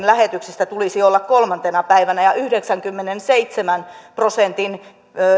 lähetyksistä tulisi olla kolmantena päivänä ja yhdeksänkymmentäseitsemän